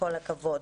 כל הכבוד.